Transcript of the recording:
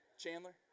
Chandler